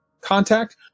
contact